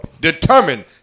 Determined